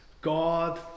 god